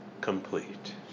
complete